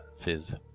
Fizz